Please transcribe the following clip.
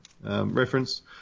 reference